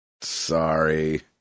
sorry